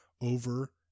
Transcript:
over